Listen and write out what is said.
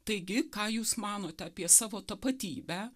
taigi ką jūs manote apie savo tapatybę